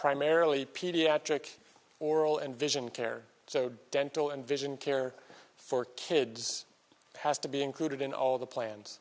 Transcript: primarily pediatric oral and vision care so dental and vision care for kids has to be included in all the plan